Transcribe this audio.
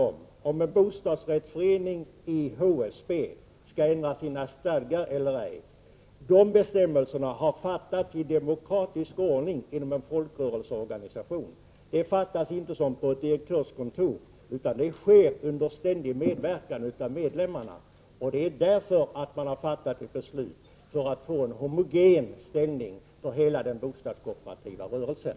Bestämmelserna om huruvida en bostadsrättsförening i HSB skall ändra sina stadgar eller ej har beslutats i demokratisk ordning inom en folkrörelseorganisation. Besluten fattas inte som på ett direktörskontor, utan under ständig medverkan av medlemmarna. Man har fattat ett sådant beslut för att få en homogen ställning för hela den bostadskooperativa rörelsen.